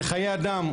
זה חיי אדם,